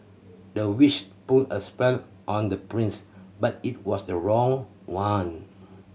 the witch put a spell on the prince but it was the wrong one